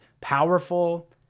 powerful